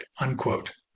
unquote